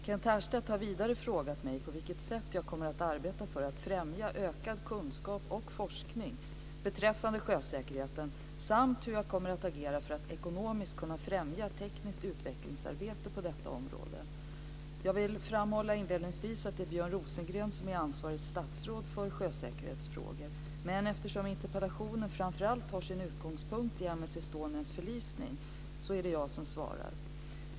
Kent Härstedt har vidare frågat mig på vilket sätt jag kommer att arbeta för att främja ökad kunskap och forskning beträffande sjösäkerheten samt hur jag kommer att agera för att ekonomiskt kunna främja tekniskt utvecklingsarbete på detta område. Inledningsvis vill jag framhålla att det är Björn Rosengren som är ansvarigt statsråd för sjösäkerhetsfrågor, men eftersom interpellationen framför allt har sin utgångspunkt i M/S Estonias förlisning är det jag som svarar.